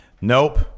Nope